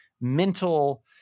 mental